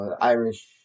Irish